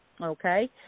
okay